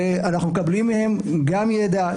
שאנחנו מקבלים מהם גם ידע,